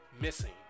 missing